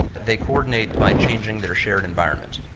they coordinate by changing their shared environment.